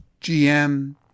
GM